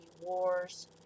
wars